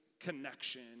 connection